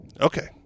Okay